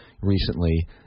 recently